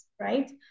right